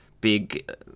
big